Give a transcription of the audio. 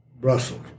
Brussels